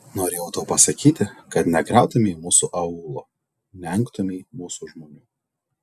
norėjau tau pasakyti kad negriautumei mūsų aūlo neengtumei mūsų žmonių